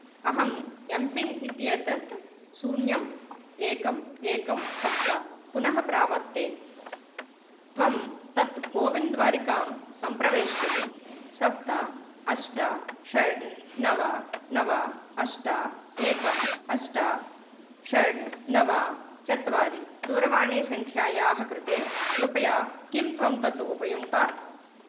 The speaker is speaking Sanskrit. अहम् एम् पिन् इत्येतत् शून्यम् एकम् एकं सप्त पुनः प्रावर्ते त्वं तत् कोविन् द्वारिकां सम्प्रवेष्टुं सप्त अष्ट षड् नव नव अष्ट एकम् अष्ट षड् नव चत्वारि दूरवाणीसङ्ख्यायाः कृते कृपया किं त्वं तत् उपयुङ्क्तात्